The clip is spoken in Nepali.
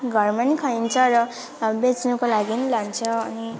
घरमा पनि खाइन्छ र बेच्नुको लागि पनि लान्छ अनि